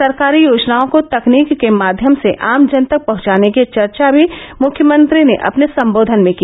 सरकारी योजनाओं को तकनीक के माध्यम से आम जन तक पहुंचाने की चर्चा भी मुख्यमंत्री ने अपने सम्बोधन में की